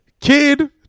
kid